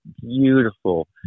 beautiful